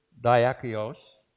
diakios